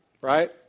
Right